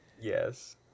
Yes